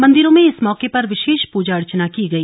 मंदिरों में इस मौके पर वि ीश प्जा अर्चना की गई